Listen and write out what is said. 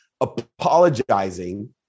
apologizing